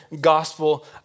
gospel